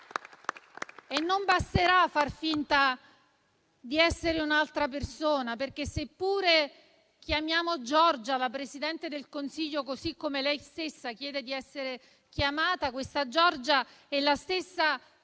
E non basterà far finta di essere un'altra persona. Se anche chiamiamo Giorgia la Presidente del Consiglio, così come lei stessa chiede, questa Giorgia è la stessa